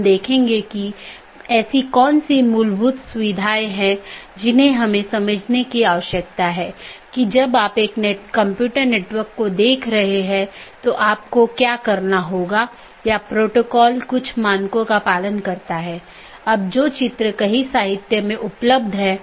इसका मतलब है कि सभी BGP सक्षम डिवाइस जिन्हें BGP राउटर या BGP डिवाइस भी कहा जाता है एक मानक का पालन करते हैं जो पैकेट को रूट करने की अनुमति देता है